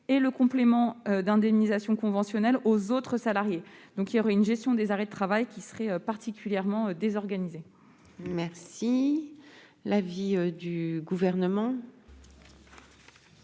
et le complément d'indemnisation conventionnel aux autres salariés. La gestion des arrêts de travail en serait particulièrement désorganisée. Quel est l'avis du Gouvernement ?